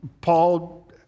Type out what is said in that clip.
Paul